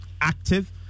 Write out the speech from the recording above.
active